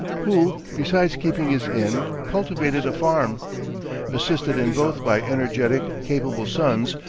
who, besides keeping his inn, cultivated a farm assisted in both by energetic, capable sons,